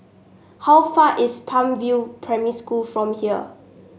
how far is Palm View Primary School from here